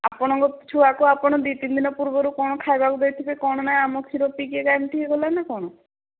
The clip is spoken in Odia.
ଆପଣଙ୍କ ଛୁଆକୁ ଆପଣ ଦୁଇ ତିନି ଦିନ ପୂର୍ବରୁ କଣ ଖାଇବାକୁ ଦେଇଥିବେ କଣ ନା ଆମ କ୍ଷୀର ପିଇକି କଣ ଏମିତି ହେଇଗଲା ନା କଣ